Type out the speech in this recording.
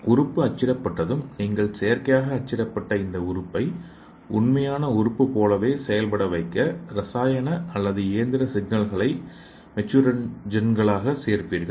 உறுப்பு அச்சிடப்பட்டதும் நீங்கள் செயற்கையாக அச்சிடப்பட்ட இந்த உறுப்பு உண்மையான உறுப்பு போலவே செயல்பட வைக்க ரசாயன அல்லது இயந்திர சிக்னல்களை மெட்டூரோஜன்களாக சேர்ப்பீர்கள்